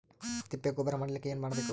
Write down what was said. ತಿಪ್ಪೆ ಗೊಬ್ಬರ ಮಾಡಲಿಕ ಏನ್ ಮಾಡಬೇಕು?